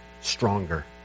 stronger